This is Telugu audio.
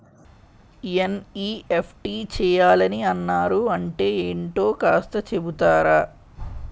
ఎన్.ఈ.ఎఫ్.టి చేయాలని అన్నారు అంటే ఏంటో కాస్త చెపుతారా?